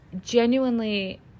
genuinely